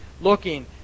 Looking